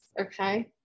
Okay